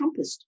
Trumpist